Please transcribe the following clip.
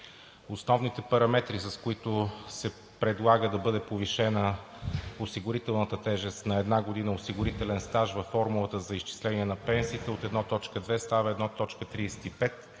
Основните параметри, с които се предлага да бъде повишена осигурителната тежест на една година осигурителен стаж във формулата за изчисление на пенсиите от 1.2 става 1.35.